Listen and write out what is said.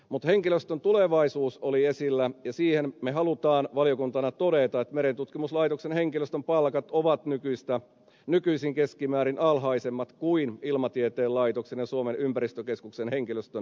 mutta henkilöstön tulevaisuus oli esillä ja siihen me haluamme valiokuntana todeta että merentutkimuslaitoksen henkilöstön palkat ovat nykyisin keskimäärin alhaisemmat kuin ilmatieteen laitoksen ja suomen ympäristökeskuksen henkilöstön palkat